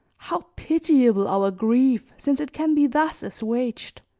how pitiable our grief since it can be thus assuaged.